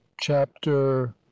Chapter